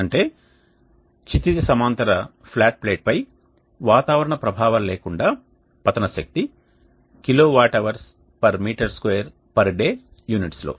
అంటే క్షితిజ సమాంతర ఫ్లాట్ ప్లేట్పై వాతావరణ ప్రభావాలు లేకుండా పతన శక్తి kWh m2 day యూనిట్స్ లో